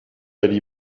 ali